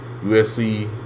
USC